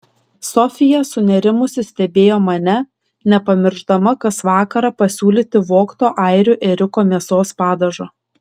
sofija sunerimusi stebėjo mane nepamiršdama kas vakarą pasiūlyti vogto airių ėriuko mėsos padažo